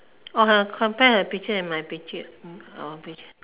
oh her compare her picture and my picture mm okay